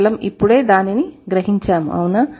మనం కేవలం ఇప్పుడే దానిని గ్రహించాముఅవునా